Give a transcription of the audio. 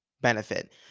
benefit